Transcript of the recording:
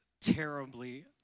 terribly